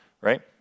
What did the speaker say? right